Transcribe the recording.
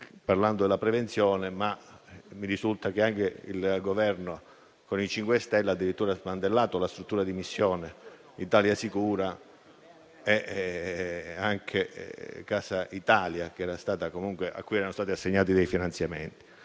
parlato della prevenzione, ma mi risulta che anche il Governo con i 5 Stelle ha addirittura smantellato la struttura di missione "Italia sicura" e "Casa Italia", a cui erano stati assegnati dei finanziamenti